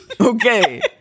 okay